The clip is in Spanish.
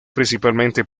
principalmente